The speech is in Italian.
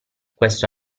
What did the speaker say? questo